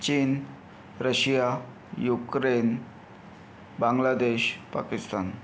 चीन Russia Ukraine Bangladesh Pakistan